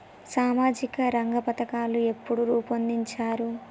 సామాజిక రంగ పథకాలు ఎప్పుడు రూపొందించారు?